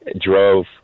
drove